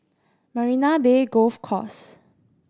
Marina Bay Golf Course